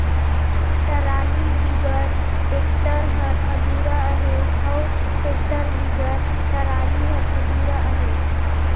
trolley बिगर tractor हर अधुरा अहे अउ टेक्टर बिगर टराली हर अधुरा अहे